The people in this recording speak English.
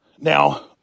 Now